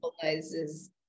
symbolizes